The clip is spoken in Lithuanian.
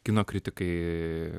kino kritikai